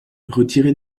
retiré